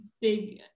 big